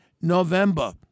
November